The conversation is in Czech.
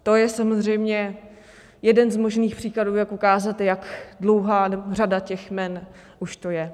To je samozřejmě jeden z možných příkladů, jak ukázat, jak dlouhá řada těch jmen už to je.